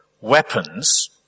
weapons